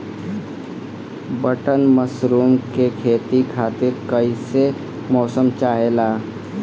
Button mushroom के खेती खातिर कईसे मौसम चाहिला?